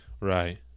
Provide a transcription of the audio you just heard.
right